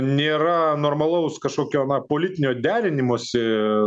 nėra normalaus kažkokio na politinio derinimosi